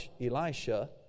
Elisha